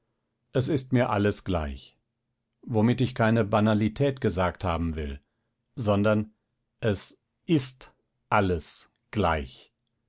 es ist mir alles gleich womit ich keine banalität gesagt haben will sondern es ist alles gleich